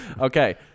okay